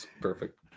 perfect